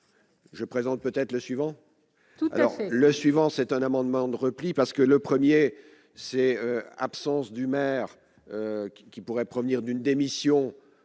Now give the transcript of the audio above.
je présente peut-être le suivant, tout à fait le suivant, c'est un amendement de repli, parce que le 1er ces absences du maire qui pourrait provenir d'une démission